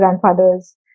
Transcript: grandfathers